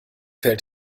fällt